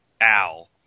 Al